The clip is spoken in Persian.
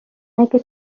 اگه